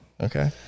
Okay